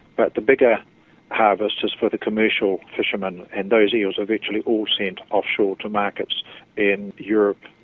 but the bigger harvest is for the commercial fishermen, and those eels are virtually all sent offshore to markets in europe,